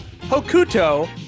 Hokuto